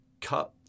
cut